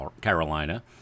Carolina